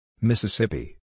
Mississippi